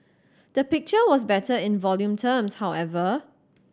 the picture was better in volume terms however